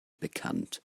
bekannt